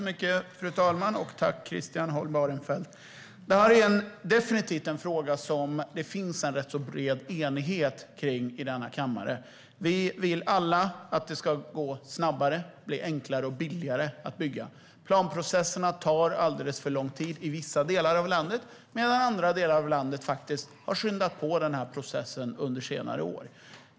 Fru talman! Tack, Christian Holm Barenfeld! Detta är en fråga som det finns en rätt bred enighet för i denna kammare. Vi vill alla att det ska gå snabbare och bli enklare och billigare att bygga. Planprocesserna tar alldeles för lång tid i vissa delar av landet medan man i andra delar av landet har skyndat på processen under senare år.